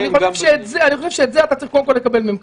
אני חושב שאת זה אתה צריך קודם כול לקבל מהם כתוב.